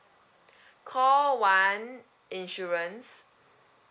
call one insurance